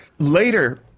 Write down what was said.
Later